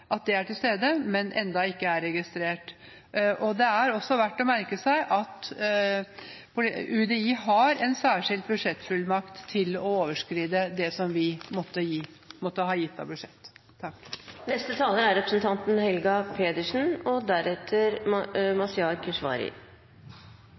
men som enda ikke er registrert. Det er også verdt å merke seg at UDI har en særskilt budsjettfullmakt til å overskride det som vi måtte ha gitt av budsjett. Det å ta imot det store antallet flyktninger og